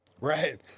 Right